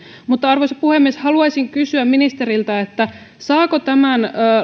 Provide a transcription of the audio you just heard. arvoisa puhemies haluaisin kysyä ministeriltä saako tämän